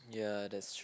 ya that's true